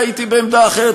חברת הכנסת אלהרר.